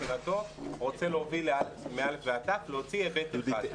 מבחינתו רוצה להוביל מא' ועד ת', להוציא היבט אחד.